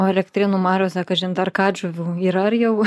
o elektrėnų mariose kažin dar katžuvių yra ar jau